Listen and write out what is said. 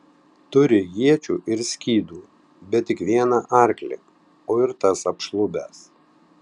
turi iečių ir skydų bet tik vieną arklį o ir tas apšlubęs